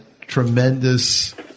tremendous